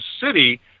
city